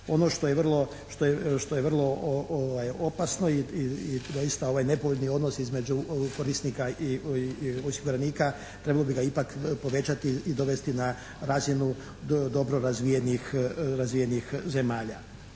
Ono što je vrlo opasno i doista nepovoljni odnosi između korisnika i osiguranika trebalo bi ga ipak povećati i dovesti na razinu dobro razvijenih zemalja.